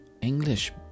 English